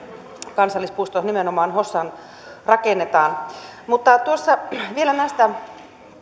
kansallispuisto nimenomaan hossaan rakennetaan mutta vielä näistä